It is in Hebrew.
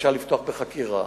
אפשר לפתוח בחקירה.